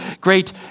great